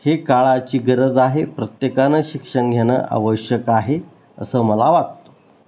ही काळाची गरज आहे प्रत्येकानं शिक्षण घेणं आवश्यक आहे असं मला वाटतं